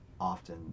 often